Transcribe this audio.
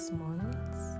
months